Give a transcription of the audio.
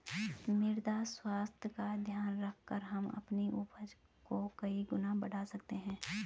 मृदा स्वास्थ्य का ध्यान रखकर हम अपनी उपज को कई गुना बढ़ा सकते हैं